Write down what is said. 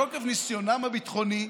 מתוקף ניסיונם הביטחוני,